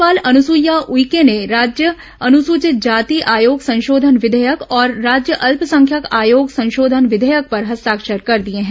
राज्यपाल अनुसूईया उइके ने राज्य अनुसूचित जाति आयोग संशोधन विघेयक और राज्य अल्पसंख्यक आयोग संशोधन विधेयक पर हस्ताक्षर कर दिए हैं